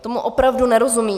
Tomu opravdu nerozumím.